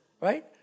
right